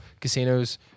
Casinos